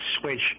switch